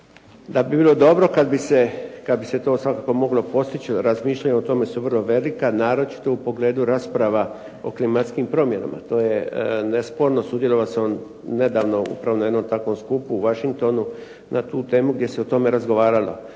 da bi bilo dobro kad bi se to svakako moglo postići, razmišljanja o tome su vrlo velika naročito u pogledu rasprava o klimatskim promjenama. To je nesporno. Sudjelovao sam nedavno upravo na takvom jednom skupu u Washingtonu na tu temu gdje se o tome razgovaralo.